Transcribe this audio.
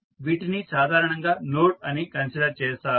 వీటిని సాధారణంగా నోడ్ అని కన్సిడర్ చేస్తాము